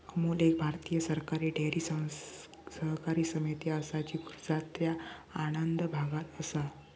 अमूल एक भारतीय सरकारी डेअरी सहकारी समिती असा जी गुजरातच्या आणंद भागात असा